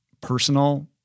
personal